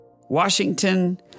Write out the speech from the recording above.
Washington